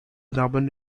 narbonne